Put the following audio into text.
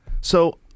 So-